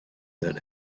that